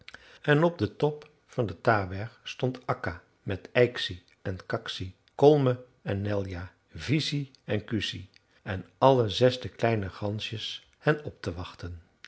en op den top van den taberg stond akka met ijksi en kaksi kolme en nelja viisi en kuusi en alle zes de kleine gansjes hen op te wachten